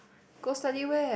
go study where